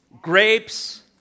grapes